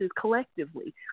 collectively